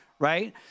Right